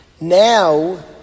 Now